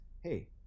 hey